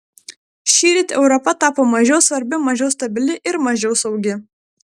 šįryt europa tapo mažiau svarbi mažiau stabili ir mažiau saugi